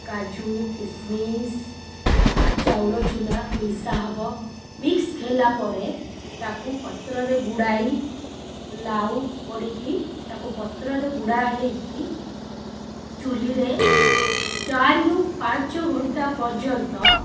କାଜୁ କିସମିସ ଆଉ ଚାଉଳ ଚୁନା ମିଶା ହେବ ମିକ୍ସ ହେଲା ପରେ ତାକୁ ପତ୍ରରେ ଗୁଡ଼ାଇ ଲାଉ ପଡ଼ିକି ତାକୁ ପତ୍ରରେ ଗୁଡ଼ା ହୋଇକି ଚୁଲିରେ ଚାରିରୁ ପାଞ୍ଚ ଘଣ୍ଟା ପର୍ଯ୍ୟନ୍ତ